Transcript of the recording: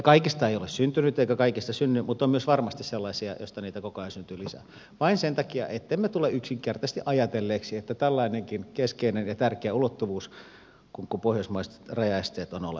kaikista ei ole syntynyt eikä kaikista synny mutta on myös varmasti sellaisia joista niitä koko ajan syntyy lisää vain sen takia ettemme tule yksinkertaisesti ajatelleeksi että tällainenkin keskeinen ja tärkeä ulottuvuus kuin pohjoismaiset rajaesteet on olemassa